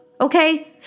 Okay